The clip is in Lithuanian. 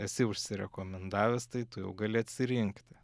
esi užsirekomendavęs tai tu jau gali atsirinkti